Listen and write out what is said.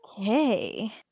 Okay